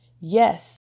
Yes